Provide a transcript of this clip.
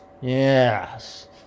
Yes